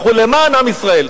אנחנו למען עם ישראל.